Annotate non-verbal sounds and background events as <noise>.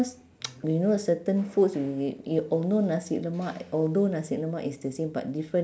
~se <noise> you know certain food we we although nasi lemak although nasi lemak is the same but different